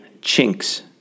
chinks